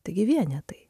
taigi vienetai